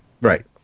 Right